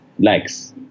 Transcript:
legs